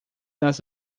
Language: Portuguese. nas